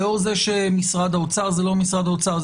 לאור זה שמשרד האוצר זה לא משרד האוצר,